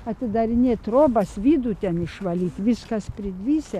atidarinėt trobas vidų ten išvalyt viskas pridvisę